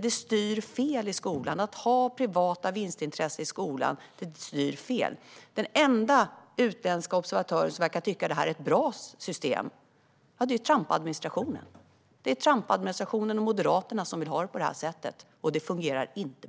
Det styr skolan åt fel håll. Att ha privata vinstintressen i skolan styr åt fel håll. Den enda utländska observatör som verkar tycka att detta är ett bra system är Trumpadministrationen. Det är Trumpadministrationen och Moderaterna som vill ha det på det här sättet, och det fungerar inte bra.